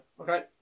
Okay